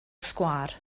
sgwâr